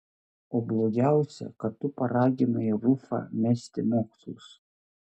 o blogiausia kad tu paraginai rufą mesti mokslus